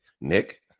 Nick